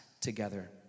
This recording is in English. together